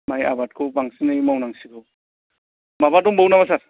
माय आबादखौ बांसिनै मावनांसिगौ माबा दंबावो नामा सार